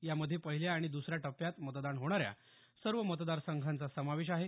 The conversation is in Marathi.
यामध्ये पहिल्या आणि दुसऱ्या टप्प्यात मतदान होणाऱ्या सर्व मतदार संघांचा समावेश आहे